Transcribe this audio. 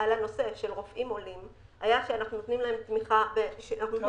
על הנושא של רופאים עולים הייתה שאנחנו נותנים להם תמיכה באולפן,